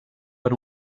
per